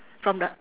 from the